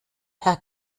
herr